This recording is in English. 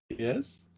Yes